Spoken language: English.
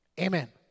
Amen